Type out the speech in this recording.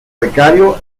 becario